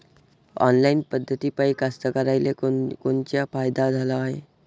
Online पद्धतीपायी कास्तकाराइले कोनकोनचा फायदा झाला हाये?